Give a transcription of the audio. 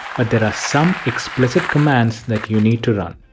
but there are some explicit commands that you need to run.